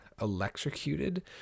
electrocuted